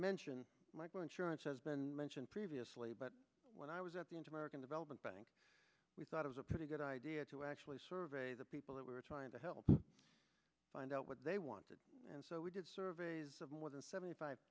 mention microinsurance has been mentioned previously but when i was at the end american development bank we thought it was a pretty good idea to actually survey the people that were trying to help find out what they wanted and so we did surveys of more than seventy five